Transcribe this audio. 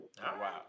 wow